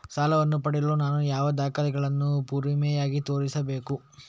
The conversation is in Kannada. ಸಾಲವನ್ನು ಪಡೆಯಲು ನಾನು ಯಾವ ದಾಖಲೆಗಳನ್ನು ಪುರಾವೆಯಾಗಿ ತೋರಿಸಬೇಕು?